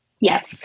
Yes